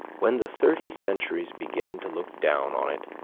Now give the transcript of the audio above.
when the thirty centuries begin to look down on it,